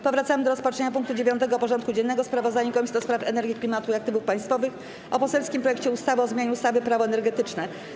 Powracamy do rozpatrzenia punktu 9. porządku dziennego: Sprawozdanie Komisji do Spraw Energii, Klimatu i Aktywów Państwowych o poselskim projekcie ustawy o zmianie ustawy - Prawo energetyczne.